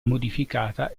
modificata